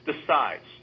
decides